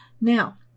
Now